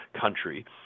country